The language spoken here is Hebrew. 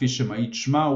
כפי שמעיד שמה,